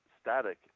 static